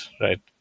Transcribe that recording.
Right